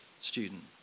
student